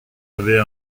avais